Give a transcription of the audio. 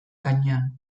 gainean